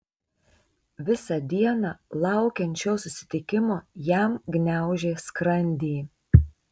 visą dieną laukiant šio susitikimo jam gniaužė skrandį